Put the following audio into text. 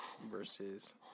Versus